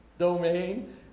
domain